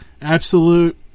absolute